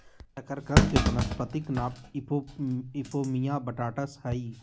शकरकंद के वानस्पतिक नाम इपोमिया बटाटास हइ